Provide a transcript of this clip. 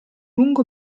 lungo